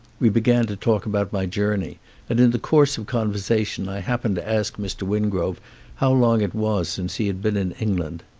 we began to talk about my journey and in the course of conversation i happened to ask mr. wingrove how long it was since he had been in england.